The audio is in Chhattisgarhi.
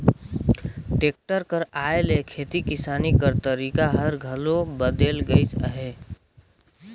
टेक्टर कर आए ले खेती किसानी कर तरीका हर घलो बदेल गइस अहे